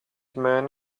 man